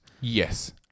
Yes